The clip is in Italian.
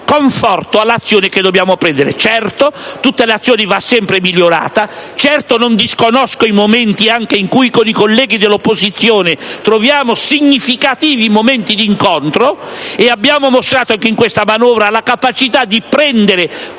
conforto all'azione che dobbiamo intraprendere. Certo, ogni azione va sempre migliorata, e certo non disconosco anche le situazioni in cui, con i colleghi dell'opposizione, troviamo significativi momenti d'incontro. Abbiamo mostrato, anche in questa manovra, la capacità di prendere